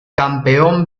campeón